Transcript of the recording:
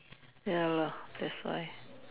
ya lah that's why